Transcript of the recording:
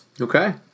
Okay